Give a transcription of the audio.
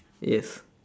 yes